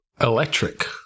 Electric